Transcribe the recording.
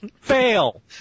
Fail